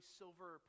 silver